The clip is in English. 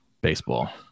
baseball